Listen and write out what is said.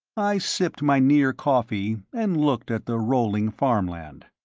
i sipped my near-coffee and looked at the rolling farmland.